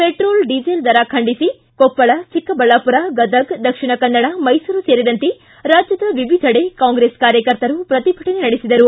petrol diesel ದರ ಪೆಚ್ಚಳ ಖಂಡಿಸಿ ಕೊಪ್ಪಳ ಚಿಕ್ಕಬಳ್ಳಾಮರ ಗದಗ್ ದಕ್ಷಿಣ ಕನ್ನಡ ಮೈಸೂರು ಸೇರಿದಂತೆ ರಾಜ್ಯದ ವಿವಿಧೆಡೆ ಕಾಂಗ್ರೆಸ್ ಕಾರ್ಯಕರ್ತರು ಪ್ರತಿಭಟನೆ ನಡೆಸಿದರು